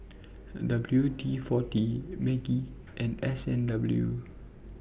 W D forty Maggi and S and W